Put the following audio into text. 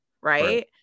right